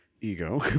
ego